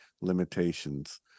limitations